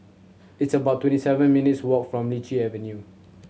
it's about twenty seven minutes' walk from Lichi Avenue